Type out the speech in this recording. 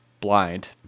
blind